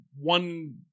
one